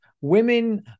women